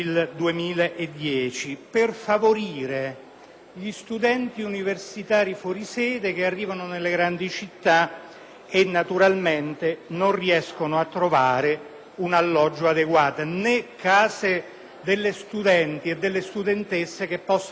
gli studenti universitari fuori sede che arrivano nelle grandi città e, naturalmente, non riescono a trovare un alloggio adeguato né case degli studenti e delle studentesse che possano accoglierli per fare loro